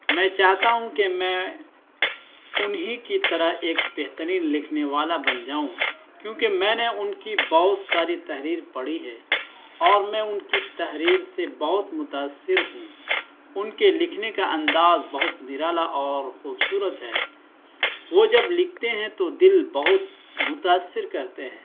میں چاہتا ہوں کہ میں انہی کی طرح ایک بہترین لکھنے والا بن جاؤں کیونکہ میں نے ان کی بہت ساری تحریر پڑھی ہے اور میں ان کی تحریر سے بہت متاثر ہوں ان کے لکھنے کا انداز بہت نرالا اور خوبصورت ہے وہ جب لکھتے ہیں تو دل بہت متاثر کرتے ہیں